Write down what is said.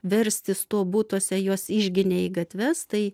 verstis tuo butuose juos išginė į gatves tai